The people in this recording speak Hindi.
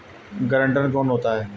गारंटर कौन होता है?